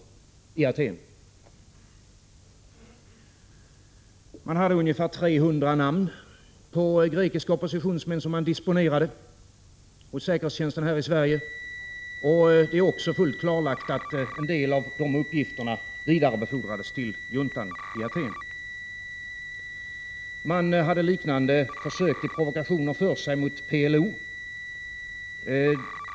Man disponerade namn på ungefär 300 grekiska oppositionsmän hos 10 december 1986 säkerhetstjänsten här i Sverige. Det är också fullt klarlagt at en del av Za GL - uppgifterna vidarebefordrades till juntan i Aten. Man gjorde liknande försök till provokationer mot PLO.